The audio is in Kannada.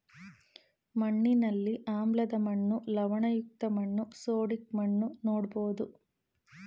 ಮಣ್ಣಿನಲ್ಲಿ ಆಮ್ಲದ ಮಣ್ಣು, ಲವಣಯುಕ್ತ ಮಣ್ಣು, ಸೋಡಿಕ್ ಮಣ್ಣು ನೋಡ್ಬೋದು